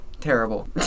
Terrible